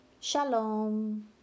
Shalom